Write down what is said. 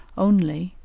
only,